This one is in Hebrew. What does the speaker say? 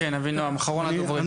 אבינעם, בבקשה.